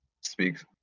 speaks